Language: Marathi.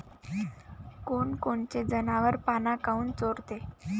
कोनकोनचे जनावरं पाना काऊन चोरते?